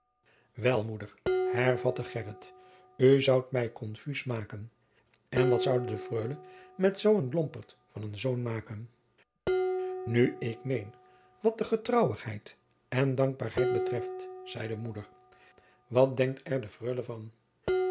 wel moeder hervatte gheryt oe zoudt mij konfuis maôken en wat zoude de freule met zoo een lompert van een zoon maôken nu ik meen wat de getrouwigheid en dankbaôrheid betreft zeide moeder wat denkt er de freule van